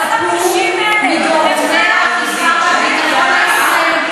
לכו צפו מגורמי האכיפה והביטחון הישראליים,